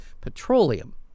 petroleum